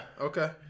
Okay